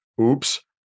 Oops